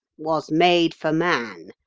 was made for man,